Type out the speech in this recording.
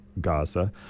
Gaza